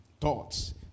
Thoughts